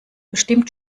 bestimmt